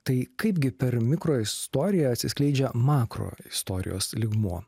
tai kaipgi per mikroistoriją atsiskleidžia makro istorijos lygmuo